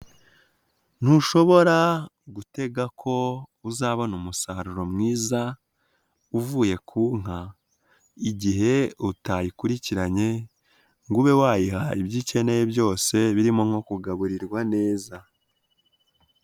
Ntushobora gutega ko uzabona umusaruro mwiza uvuye ku nka, igihe utayikurikiranye ngo ube wayiha ibyo ikeneye byose birimo nko kugaburirwa neza.